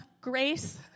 Grace